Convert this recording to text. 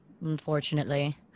Unfortunately